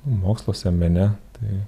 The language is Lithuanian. moksluose mene tai